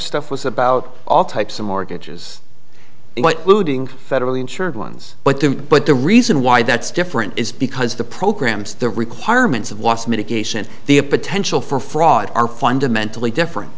stuff was about all types of mortgages looting federally insured ones but didn't but the reason why that's different is because the programs the requirements of loss mitigation the a potential for fraud are fundamentally different